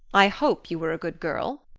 i hope you were a good girl.